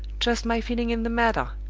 just my feeling in the matter!